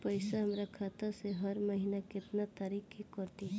पैसा हमरा खाता से हर महीना केतना तारीक के कटी?